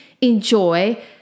enjoy